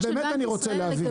באמת אני רוצה להבין.